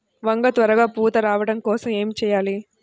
వంగ త్వరగా పూత రావడం కోసం ఏమి చెయ్యాలి?